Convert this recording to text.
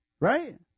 right